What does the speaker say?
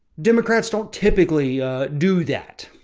democrats don't typically do that.